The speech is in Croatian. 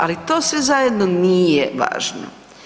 Ali to sve zajedno nije važno.